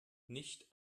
nicht